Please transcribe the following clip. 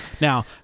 Now